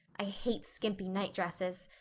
i hate skimpy night-dresses.